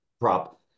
prop